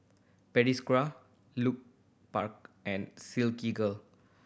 Pediasure Lupark and Silkygirl